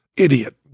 idiot